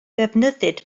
defnyddid